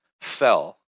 fell